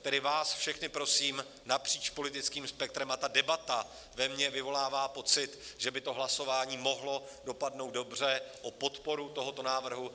Tedy vás všechny prosím napříč politickým spektrem a ta debata ve mně vyvolává pocit, že by to hlasování mohlo dopadnout dobře o podporu tohoto návrhu.